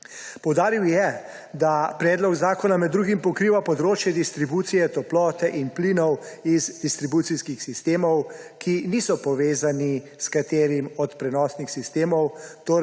Poudaril je, da predlog zakona med drugim pokriva področje distribucije toplote in plinov iz distribucijskih sistemov, ki niso povezani s katerim od prenosnih sistemov,